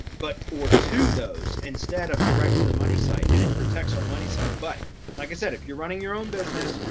but or to those instead of direct to the money site and it protects our money site. but like i said, if you're running your own business,